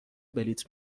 بلیط